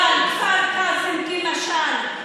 אבל כפר קאסם כמשל,